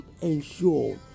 ensure